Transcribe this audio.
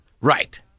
Right